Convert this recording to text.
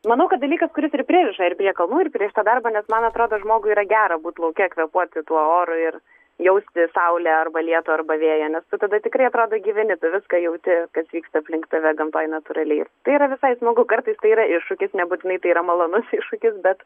manau kad dalykas kuris ir pririša ir prie kalnų ir prie šito darbo nes man atrodo žmogui yra gera būt lauke kvėpuoti tuo oru ir jausti saulę arba lietų arba vėją nes tu tada tikrai atrodo gyveni tu viską jauti kas vyksta aplink tave gamtoj natūraliai tai yra visai smagu kartais tai yra iššūkis nebūtinai tai yra malonus iššūkis bet